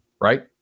right